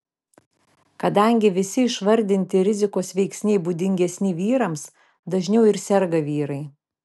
kadangi visi išvardinti rizikos veiksniai būdingesni vyrams dažniau ir serga vyrai